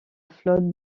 flotte